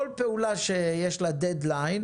כל פעולה שיש לה דד ליין